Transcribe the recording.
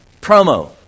promo